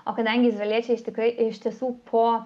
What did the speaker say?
o kadangi izraeliečiai tikrai iš tiesų po